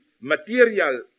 material